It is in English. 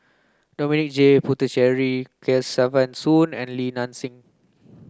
Dominic J Puthucheary Kesavan Soon and Li Nanxing